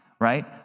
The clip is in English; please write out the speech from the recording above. right